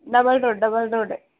double road double రోడ్డే